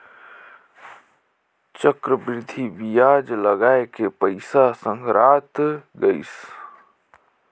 चक्रबृद्धि बियाज लगाय के पइसा संघरात गइस